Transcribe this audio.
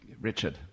Richard